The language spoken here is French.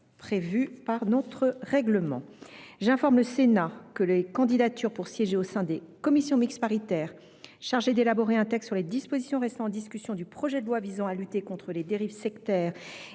prévu par notre règlement. J’informe le Sénat que des candidatures ont été publiées pour siéger au sein des commissions mixtes paritaires chargées de proposer un texte sur les dispositions restant en discussion du projet de loi visant à lutter contre les dérives sectaires